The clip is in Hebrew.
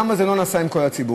למה זה לא נעשה עם כל הציבורים?